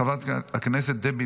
חברת הכנסת טטיאנה מזרסקי,